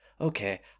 okay